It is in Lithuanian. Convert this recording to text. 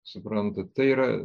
suprantat tai yra